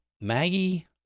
Maggie